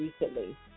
recently